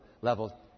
level